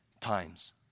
times